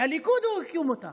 שהליכוד הקים אותה